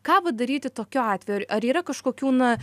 ką va daryti tokiu atveju ar ar yra kažkokių na